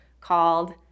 called